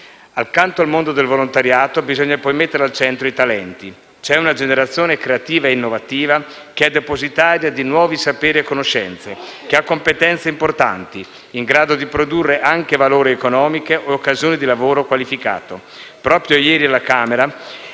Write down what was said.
Accanto al mondo del volontariato bisogna poi mettere al centro i talenti. C'è una generazione creativa e innovativa che è depositaria di nuovi saperi e conoscenze, che ha competenze importanti, in grado di produrre anche valore economico e occasioni di lavoro qualificato. Proprio ieri alla Camera